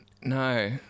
No